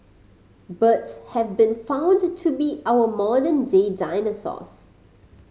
birds have been found to be our modern day dinosaurs